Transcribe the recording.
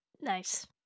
Nice